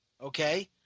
Okay